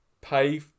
pay